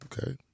Okay